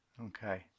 Okay